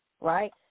right